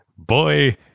boy